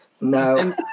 No